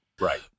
Right